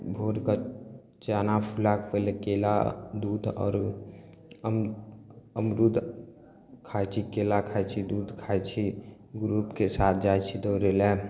भोरकऽ चना फुला कऽ पहिले केला दुध आओर हम अमरुद खाइ छी केला खाइ छी दूध खाइ छी ग्रुपके साथ जाइ छी दौड़य लए